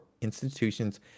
institutions